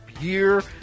year